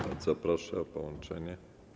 Bardzo proszę o połączenie.